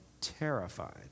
terrified